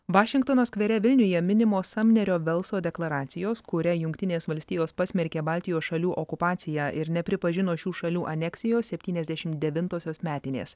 vašingtono skvere vilniuje minimos samnerio velso deklaracijos kuria jungtinės valstijos pasmerkė baltijos šalių okupaciją ir nepripažino šių šalių aneksijos septyniasdešim devintosios metinės